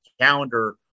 calendar